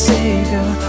Savior